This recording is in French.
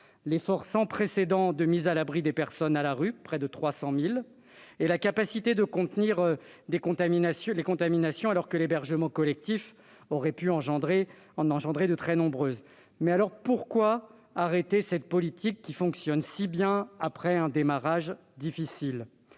l'effort sans précédent de mise à l'abri des personnes à la rue- près de 300 000 -, et la capacité de contenir les contaminations, alors que l'hébergement collectif aurait pu les faire exploser. Dès lors, pourquoi arrêter cette politique, qui, malgré un démarrage difficile,